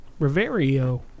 Riverio